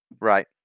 Right